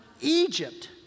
Egypt